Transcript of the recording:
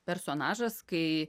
personažas kai